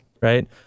right